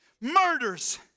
Murders